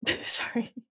Sorry